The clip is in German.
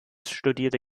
studierte